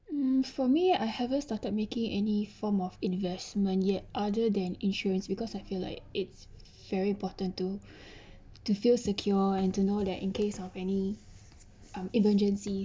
mm for me I haven't started making any form of investment yet other than insurance because I feel like it's very important to to feel secure and to know there in case of any emergencies